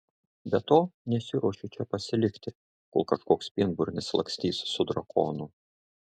be to nesiruošiu čia pasilikti kol kažkoks pienburnis lakstys su drakonu